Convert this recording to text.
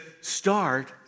start